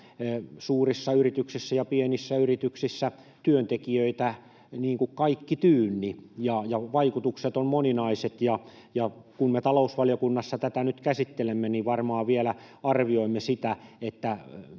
Suurissa yrityksissä ja pienissä yrityksissä työntekijöitä kaikki tyynni ja vaikutukset ovat moninaiset, joten kun me talousvaliokunnassa tätä nyt käsittelemme, niin varmaan vielä arvioimme sitä, onko